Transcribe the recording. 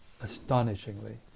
astonishingly